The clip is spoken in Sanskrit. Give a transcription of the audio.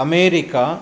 अमेरिका